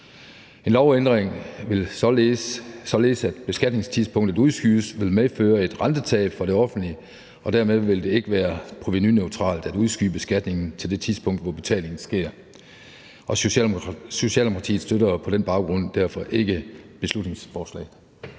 En lovændring, der betyder, at beskatningstidspunktet udskydes, vil medføre et rentetab for det offentlige, og dermed vil det ikke være provenuneutralt at udskyde beskatningen til det tidspunkt, hvor betalingen sker. Socialdemokratiet støtter på den baggrund ikke beslutningsforslaget.